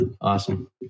Awesome